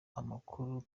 amakuru